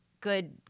good